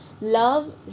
Love